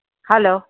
hello